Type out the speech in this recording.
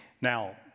Now